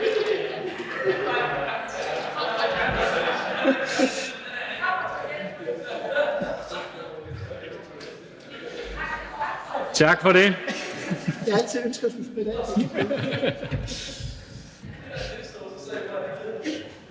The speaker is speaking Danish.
Tak for det.